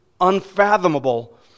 unfathomable